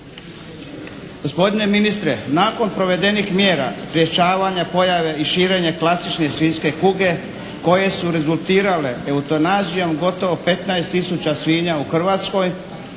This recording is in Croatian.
Gospodine ministre, nakon provedenih mjera sprječavanja pojave i širenje klasične svinjske kuge koje su rezultirale eutanazijom gotovo petnaest tisuća svinja u Hrvatskoj